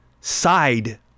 side